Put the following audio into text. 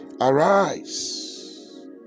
Arise